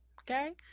Okay